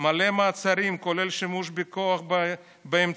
מלא מעצרים, כולל שימוש בכוח באמצעים,